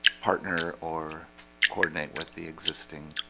partner or coordinate with the existing